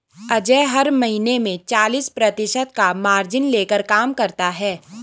अजय हर महीने में चालीस प्रतिशत का मार्जिन लेकर काम करता है